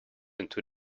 into